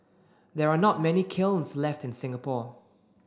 there are not many kilns left in Singapore